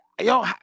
Yo